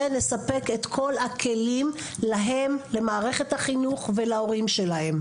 ושנספק למערכת החינוך ולהורים שלהם את כל הכלים.